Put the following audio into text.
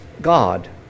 God